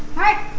alright,